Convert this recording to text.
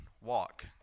walk